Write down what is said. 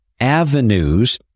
avenues